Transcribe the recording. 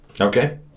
Okay